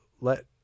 let